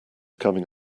coming